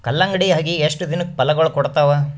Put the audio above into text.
ಕಲ್ಲಂಗಡಿ ಅಗಿ ಎಷ್ಟ ದಿನಕ ಫಲಾಗೋಳ ಕೊಡತಾವ?